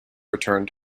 returned